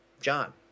John